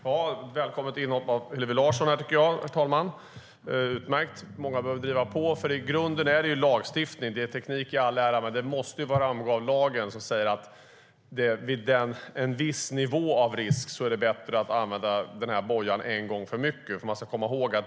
Herr talman! Det var ett välkommet inhopp av Hillevi Larsson - utmärkt! Många behöver driva på, för i grunden handlar det om lagstiftning. Teknik i all ära, men det måste vara lagen som säger att vid en viss nivå av risk är det bättre att använda bojan en gång för mycket.